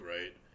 right